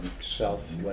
self